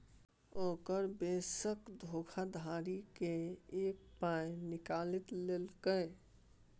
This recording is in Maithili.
ओकर बैंकसँ धोखाधड़ी क कए पाय निकालि लेलकै